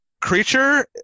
creature